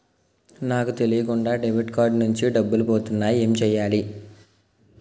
నాకు తెలియకుండా debit card నుంచి డబ్బులు పోతున్నాయి ఎం చెయ్యాలి?